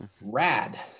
rad